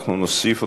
אנחנו נוסיף אותך,